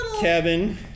Kevin